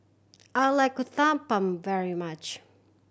I like Uthapam very much